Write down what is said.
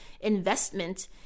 investment